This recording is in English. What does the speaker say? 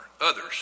others